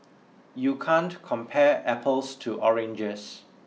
you can't compare apples to oranges